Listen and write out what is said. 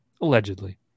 Allegedly